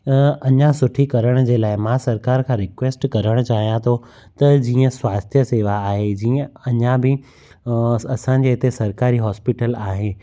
अञा सुठी करण जे लाइ मां सरकारि खां रिक्वेस्ट करण चाहियां थो त जीअं स्वास्थ्य शेवा आहे जीअं अञा बि असांजे हिते सरकारी हॉस्पिटल आहे